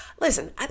Listen